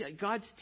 god's